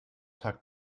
tag